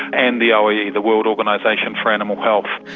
and the ah oie, the world organisation for animal health.